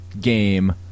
game